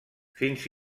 fins